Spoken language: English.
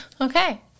okay